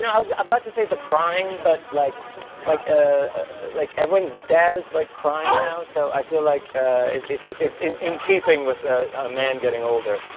i was about to say the crying. but like like ah like everyone's dad is like crying now. so i feel like it's it's in in keeping with a man getting older.